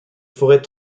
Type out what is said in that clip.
forêts